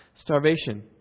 Starvation